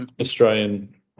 australian